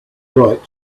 right